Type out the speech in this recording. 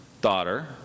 daughter